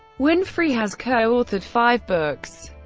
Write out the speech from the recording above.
winfrey has co-authored five books.